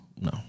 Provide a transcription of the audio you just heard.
No